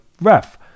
ref